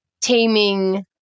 taming